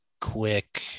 quick